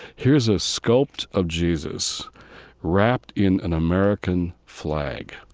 here's a sculpt of jesus wrapped in an american flag.